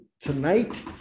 tonight